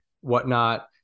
whatnot